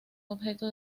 objeto